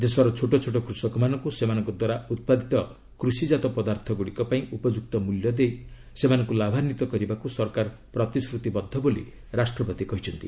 ଦେଶର ଛୋଟଛୋଟ କୃଷକମାନଙ୍କୁ ସେମାନଙ୍କ ଦ୍ୱାରା ଉତ୍ପାଦିତ କୃଷିକାତ ପଦାର୍ଥଗୁଡ଼ିକ ପାଇଁ ଉପଯୁକ୍ତ ମୂଲ୍ୟ ଦେଇ ସେମାନଙ୍କୁ ଲାଭାନ୍ୱିତ କରିବାକୁ ସରକାର ପ୍ରତିଶ୍ରତିବଦ୍ଧ ବୋଲି ରାଷ୍ଟ୍ରପତି କହିଛନ୍ତି